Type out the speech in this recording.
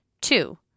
Two